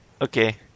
Okay